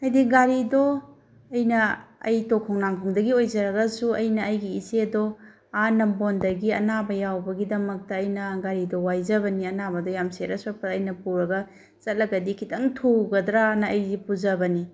ꯍꯥꯏꯗꯤ ꯒꯥꯔꯤꯗꯣ ꯑꯩꯅ ꯑꯩ ꯇꯣꯞ ꯈꯣꯡꯅꯥꯡꯈꯣꯡꯗꯒꯤ ꯑꯣꯏꯖꯔꯒꯁꯨ ꯑꯩꯅ ꯑꯩꯒꯤ ꯏꯆꯦꯗꯣ ꯑꯥ ꯅꯝꯕꯣꯜꯗꯒꯤ ꯑꯅꯥꯕ ꯌꯥꯎꯕꯒꯤꯗꯃꯛꯇ ꯑꯩꯅ ꯒꯥꯔꯤꯗꯣ ꯋꯥꯏꯖꯕꯅꯤ ꯑꯅꯥꯕꯗꯣ ꯌꯥꯝ ꯁꯦꯔꯤꯌꯁ ꯑꯣꯏꯔꯛꯄꯗ ꯑꯩꯅ ꯄꯨꯔꯒ ꯆꯠꯂꯒꯗꯤ ꯈꯤꯇꯪ ꯊꯨꯒꯗ꯭ꯔꯅ ꯑꯩꯁꯤ ꯄꯨꯖꯕꯅꯤ